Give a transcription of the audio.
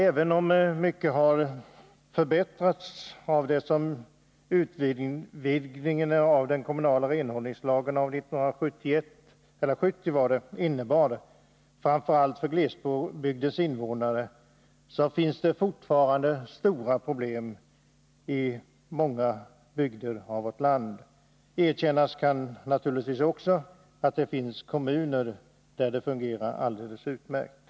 Även om mycket har förbättrats — framför allt för glesbygdens invånare — genom utvidgningen av 1970 års kommunala renhållningslag finns det fortfarande stora problem i många bygder av vårt land. Erkännas kan naturligtvis också att det finns kommuner där det fungerar alldeles utmärkt.